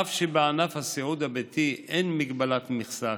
אף שבענף הסיעוד הביתי אין מגבלת מכסה,